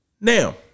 Now